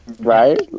Right